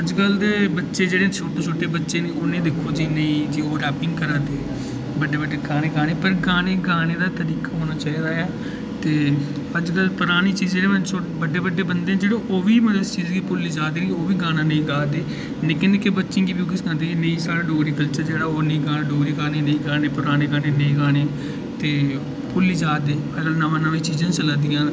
अज्जकल दे बच्चे जेह्ड़े छोटे छोटे बच्चे न उ'नें ई दिक्खो की ओह् रैपिंग करा दे बड्डे बड्डे गाने गाने पर गाने दा तरीका होना चाहिदा ऐ ते अज्जकल परानी चीज़ां बड्डे बड्डे बंदे जेह्ड़े ओह् बी मतलब इस चीज़ गी भु'ल्ली जा दे ओह् बी गाना नेईं गाऽ दे निक्के निक्के बच्चें गी बी उ'ऐ सखांदे नेईं साढ़ा डोगरी कल्चर जेह्ड़ा ओह् नेईं डोगरी गाने निं गाने पराने गाने नेईं गाने ते भु'ल्ली जा दे ऐल्लै नमीं नमीं चीज़ां चला दियां न